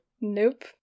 Nope